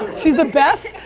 she's the best,